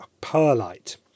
perlite